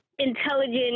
Intelligent